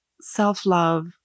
self-love